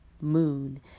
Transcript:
moon